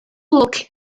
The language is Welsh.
lwc